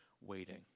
waiting